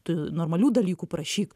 tu normalių dalykų prašyk